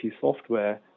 software